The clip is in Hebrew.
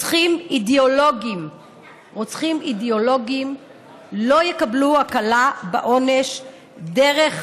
רוצחים אידיאולוגיים לא יקבלו הקלה בעונש דרך